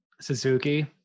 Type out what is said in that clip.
Suzuki